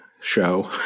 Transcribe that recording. show